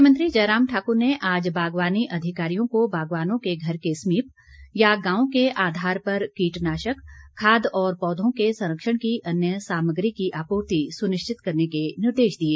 मुख्यमंत्री जयराम ठाकुर ने आज बागवानी अधिकारियों को बागवानों के घर के समीप या गांव के आधार पर कीटनाशक खाद और पौधों के संरक्षण की अन्य सामग्री की आपूर्ति सुनिश्चित करने के निर्देश दिए